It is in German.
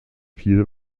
viel